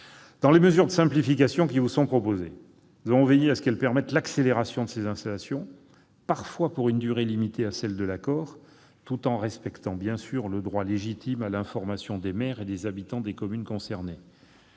des mesures de simplification qui vous sont proposées, nous avons veillé à ce qu'elles permettent l'accélération de ces installations, parfois pour une durée limitée à celle de l'accord, tout en respectant le droit légitime à l'information des maires et des habitants des communes concernées.